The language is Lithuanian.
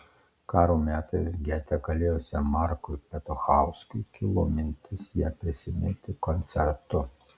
karo metais gete kalėjusiam markui petuchauskui kilo mintis ją prisiminti koncertu